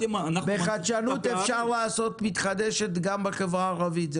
בחדשנות אפשר לעשות אנרגיה מתחדשת גם בחברה הערבית,